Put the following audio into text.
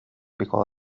pico